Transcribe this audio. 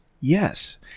Yes